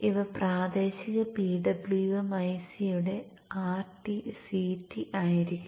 ഇവ പ്രാദേശിക PWM IC യുടെ Rt Ct ആയിരിക്കും